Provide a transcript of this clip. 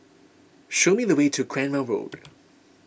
show me the way to Cranwell Road